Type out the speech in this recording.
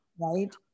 right